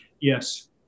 Yes